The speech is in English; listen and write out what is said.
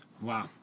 Wow